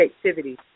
creativity